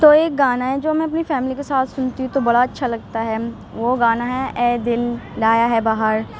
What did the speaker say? تو ایک گانا ہے جو میں اپنی فیملی کے ساتھ سنتی ہوں تو بڑا اچھا لگتا ہے وہ گانا ہے اے دل لایا ہے بہار